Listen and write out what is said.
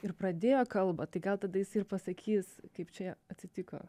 ir pradėjo kalbą tai gal tada jis ir pasakys kaip čia atsitiko